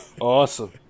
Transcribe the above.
awesome